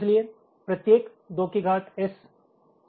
इसलिए प्रत्येक 2 की घात एस